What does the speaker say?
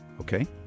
Okay